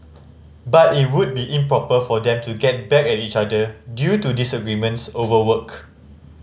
but it would be improper for them to get back at each other due to disagreements over work